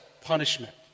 punishment